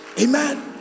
Amen